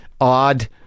odd